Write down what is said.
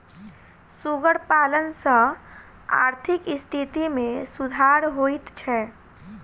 सुगर पालन सॅ आर्थिक स्थिति मे सुधार होइत छै